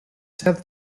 said